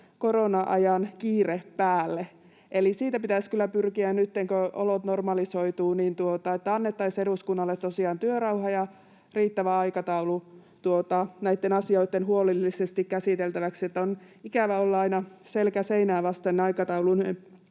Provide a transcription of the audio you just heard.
korona-ajan kiire päälle, eli siihen pitäisi kyllä pyrkiä nytten, kun olot normalisoituvat, että annettaisiin eduskunnalle tosiaan työrauha ja riittävä aikataulu asioitten huolelliseen käsittelyyn. On ikävä olla aina selkä seinää vasten aikataulun